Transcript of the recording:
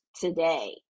today